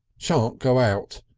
shan't go out!